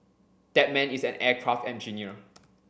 that man is an aircraft engineer